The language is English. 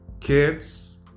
kids